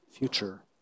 future